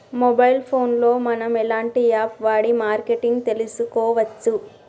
Mobile phone లో మనం ఎలాంటి యాప్ వాడి మార్కెటింగ్ తెలుసుకోవచ్చు?